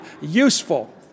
useful